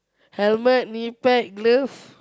helmet knee pad glove